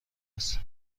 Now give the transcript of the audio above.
است